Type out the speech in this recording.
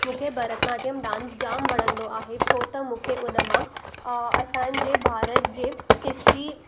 मूंखे भरतनाट्यम डांस जाम वणंदो आहे छो त मूंखे उन मां असांजे भारत जे हिस्ट्री